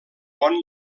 bon